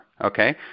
Okay